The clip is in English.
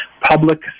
public